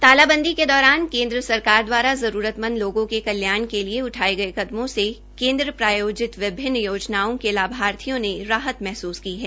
तालाबंदी के दौरान केन्द्र सरकार द्वारा जरूरतमंद लोगों के कल्याण के लिए उठाये गये कदमों से केन्द्र प्रयोजित योजनाओं के लाभार्थियों ने राहत महसूस की है